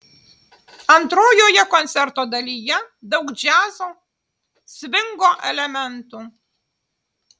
antrojoje koncerto dalyje daug džiazo svingo elementų